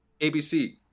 ABC